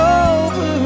over